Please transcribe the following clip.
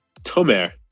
Tomer